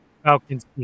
Falcons